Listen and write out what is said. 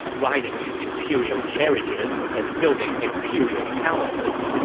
riding in imperial carriages, and building imperial palaces.